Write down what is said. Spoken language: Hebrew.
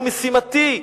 הוא משימתי.